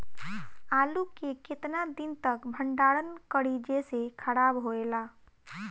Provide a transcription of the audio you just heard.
आलू के केतना दिन तक भंडारण करी जेसे खराब होएला?